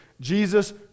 jesus